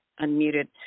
unmuted